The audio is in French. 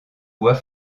bois